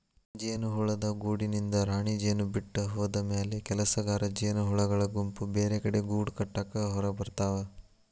ಜೇನುಹುಳದ ಗೂಡಿನಿಂದ ರಾಣಿಜೇನು ಬಿಟ್ಟ ಹೋದಮ್ಯಾಲೆ ಕೆಲಸಗಾರ ಜೇನಹುಳಗಳ ಗುಂಪು ಬೇರೆಕಡೆ ಗೂಡಕಟ್ಟಾಕ ಹೊರಗಬರ್ತಾವ